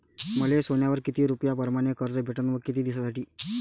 मले सोन्यावर किती रुपया परमाने कर्ज भेटन व किती दिसासाठी?